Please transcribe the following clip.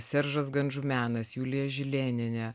seržas gandžumianas julija žilėnienė